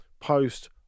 post